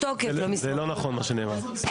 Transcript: זה לא נכון מה שנאמר.